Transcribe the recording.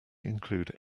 include